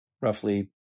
roughly